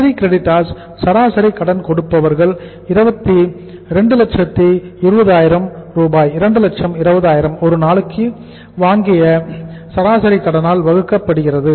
sundry creditors சராசரி கடன் கொடுப்பவர்கள் 220000 2 லட்சம் 20000 ஒரு நாளுக்கு வாக்கிய சராசரி கடனால் வகுக்கப்படுகிறது